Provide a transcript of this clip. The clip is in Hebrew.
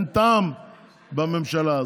אין טעם בממשלה הזאת.